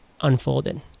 unfolded